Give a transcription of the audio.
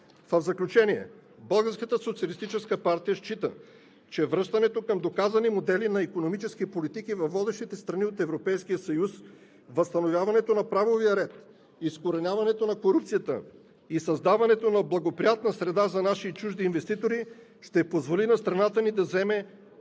партия счита, че връщането към доказани модели на икономически политики във водещите страни от Европейския съюз, възстановяването на правовия ред, изкореняването на корупцията и създаването на благоприятна среда за наши и чужди инвеститори ще позволи на страната ни да заеме